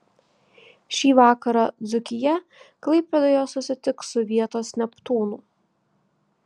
šį vakarą dzūkija klaipėdoje susitiks su vietos neptūnu